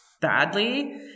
badly